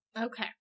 okay